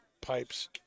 pipes